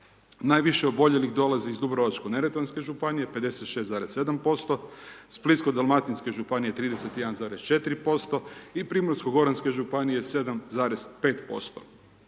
Najviše oboljelih dolazi i Dubrovačko-neretvanske županije, 56,7%, Splitsko-dalmatinske županije 31,4% i Primorsko-goranske županije 7,5%.